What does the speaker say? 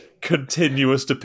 continuous